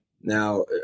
Now